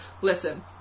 listen